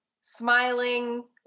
smiling